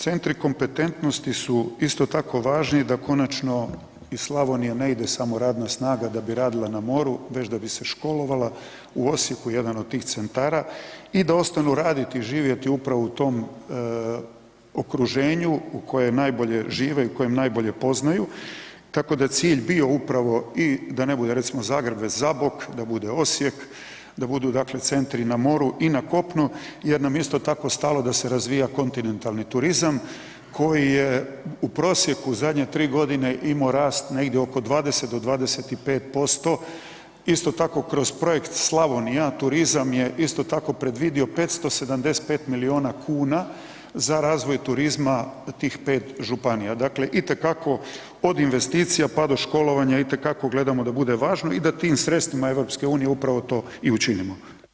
Centri kompetentnosti su isto tako važni da konačno i Slavonija ne ide samo radna snaga da bi radila na moru već da bi se školovala, u Osijeku je jedan od tih centara i da ostanu raditi i živjeti upravo u tom okruženju u kojem najbolje žive i u kojem najbolje poznaju tako da je cilj bio upravo i da ne bude recimo Zagreb već Zabok, da bude Osijek, da budu dakle centri na moru i na kopnu jer nam je isto tako stalo da se razvija kontinentalni turizam koji je u prosjeku zadnje 3 g. imao rast negdje oko 20 do 25% isto tako kroz projekt Slavonija, turizam je isto tako predvidio 575 milijuna kuna za razvoj turizma tih 5 županija, dakle itekako od investicija pa do školovanja itekako gledamo da bude važno i da tim sredstvima EU-a, upravo to i učinimo.